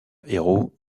héros